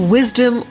Wisdom